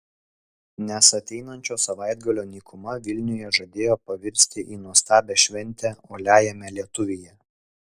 nes ateinančio savaitgalio nykuma vilniuje žadėjo pavirsti į nuostabią šventę uoliajame lietuvyje